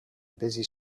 busy